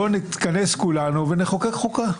בוא נתכנס כולנו ונחוקק חוקה.